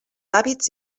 hàbits